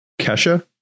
kesha